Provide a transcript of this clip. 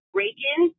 Reagan